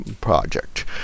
project